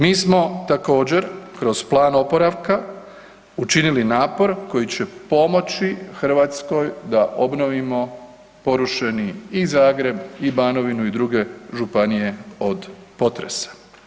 Mi smo također kroz plan oporavka učinili napor koji će pomoći Hrvatskoj da obnovimo porušeni i Zagreb i Banovinu i druge županije od potresa.